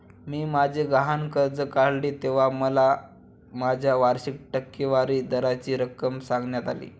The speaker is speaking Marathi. मी माझे गहाण कर्ज काढले तेव्हा मला माझ्या वार्षिक टक्केवारी दराची रक्कम सांगण्यात आली